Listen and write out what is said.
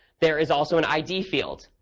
there is also an id field.